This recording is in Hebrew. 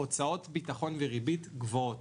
הוצאות ביטחון וריבית גבוהות.